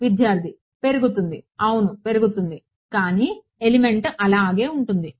విద్యార్థి పెరుగుతుంది అవును పెరుగుతుంది కానీ ఎలిమెంట్ అలాగే ఉంటుంది